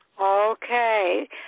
Okay